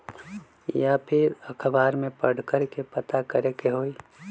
या फिर अखबार में पढ़कर के पता करे के होई?